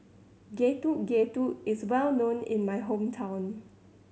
Getuk Getuk is well known in my hometown